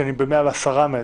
כי אני ב-110 מטר.